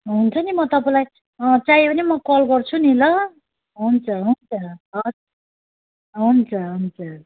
हुन्छ नि म तपाईँलाई चाहियो भने म तपाईँलाई कल गर्छु नि ल हुन्छ हुन्छ हवस् हुन्छ हुन्छ